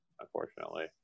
unfortunately